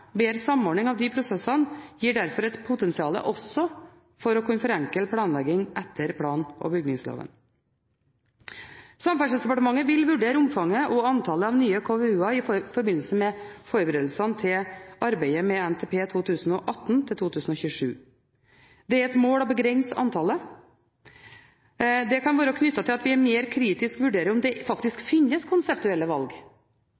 bedre samordning av de prosessene, gir derfor et potensial også for å kunne forenkle planlegging etter plan- og bygningsloven. Samferdselsdepartementet vil vurdere omfanget og antallet av nye KVU-er i forbindelse med forberedelsene til arbeidet med NTP 2018–2027. Det er et mål å begrense antallet. Det kan være knyttet til at vi mer kritisk vurderer om det faktisk finnes konseptuelle valg,